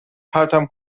پرتم